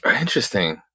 interesting